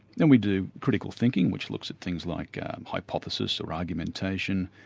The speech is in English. and we do critical thinking which looks at things like hypothesis, or argumentation,